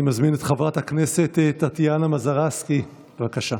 אני מזמין את חברת הכנסת טטיאנה מזרַסקי, בבקשה.